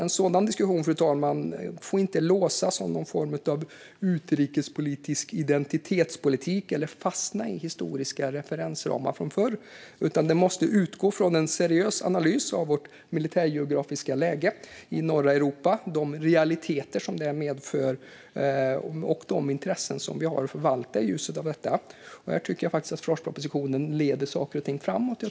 En sådan diskussion får inte låsas i någon form av utrikespolitisk identitetspolitik eller fastna i historiska referensramar utan måste utgå från en seriös analys av vårt militärgeografiska läge i norra Europa, de realiteter som detta medför och de intressen vi har att förvalta i ljuset av detta. Här leder faktiskt Försvarspropositionen saker och ting framåt.